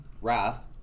Wrath